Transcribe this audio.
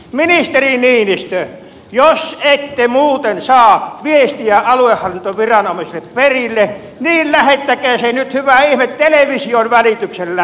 ministeri niinistö jos ette muuten saa viestiä aluehallintoviranomaisille perille niin lähettäkää se nyt hyvä ihme television välityksellä